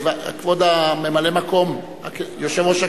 כבוד ממלא-מקום יושב-ראש הכנסת.